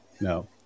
No